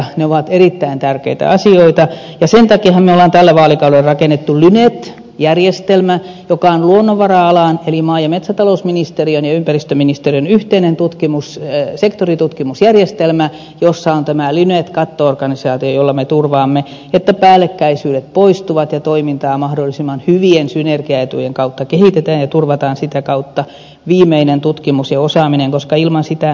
ne ovat erittäin tärkeitä asioita ja sen takiahan me olemme tällä vaalikaudella rakentaneet lynet järjestelmän joka on luonnonvara alan eli maa ja metsätalousministeriön ja ympäristöministeriön yhteinen sektoritutkimusjärjestelmä jossa on tämä lynet katto organisaatio jolla me turvaamme että päällekkäisyydet poistuvat ja toimintaa mahdollisimman hyvien synergiaetujen kautta kehitetään ja turvataan sitä kautta viimeinen tutkimus ja osaaminen koska ilman sitä me emme pärjää